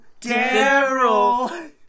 Daryl